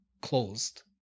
closed